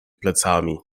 plecami